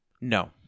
No